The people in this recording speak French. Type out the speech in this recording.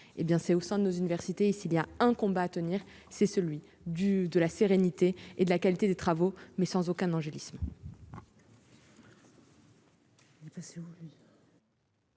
c'est au sein de nos universités, s'il y a un combat à tenir, c'est celui du de la sérénité et de la qualité des travaux mais sans aucun angélisme.